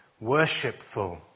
worshipful